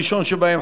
הראשון שבהם,